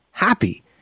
happy